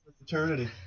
eternity